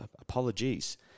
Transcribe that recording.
apologies